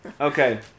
Okay